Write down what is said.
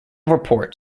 report